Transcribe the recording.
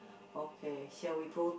okay shall we go